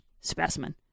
specimen